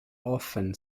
often